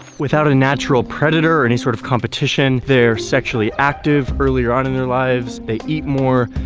without a natural predator or any sort of competition, they're sexually active earlier on in their lives, they eat more,